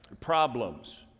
problems